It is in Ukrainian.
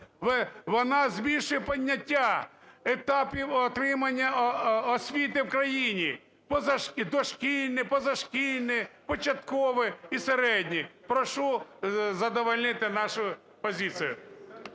Вона змішує поняття етапів отримання освіти в країні: дошкільна, позашкільна, початкова і середня. Прошу задовольнити нашу позицію.